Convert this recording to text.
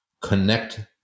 connect